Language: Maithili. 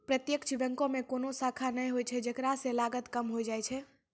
प्रत्यक्ष बैंको मे कोनो शाखा नै होय छै जेकरा से लागत कम होय जाय छै